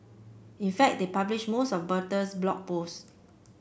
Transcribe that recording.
in fact they published most of Bertha's Blog Post